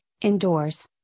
indoors